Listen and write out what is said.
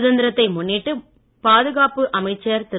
சுதந்திர தினத்தை முன்னிட்டு பாதுகாப்பு அமைச்சர் திரு